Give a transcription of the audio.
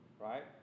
right